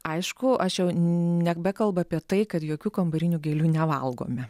aišku aš jau nebekalbu apie tai kad jokių kambarinių gėlių nevalgome